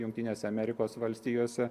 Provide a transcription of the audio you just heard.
jungtinėse amerikos valstijose